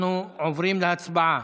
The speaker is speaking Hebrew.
אנחנו עוברים להצבעה.